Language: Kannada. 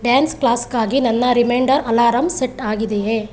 ಡ್ಯಾನ್ಸ್ ಕ್ಲಾಸ್ಗಾಗಿ ನನ್ನ ರಿಮೈಂಡರ್ ಅಲಾರಾಮ್ ಸೆಟ್ ಆಗಿದೆಯೇ